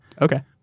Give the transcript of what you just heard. Okay